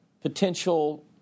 potential